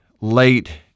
late